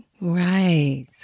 Right